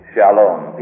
Shalom